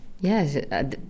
yes